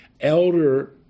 elder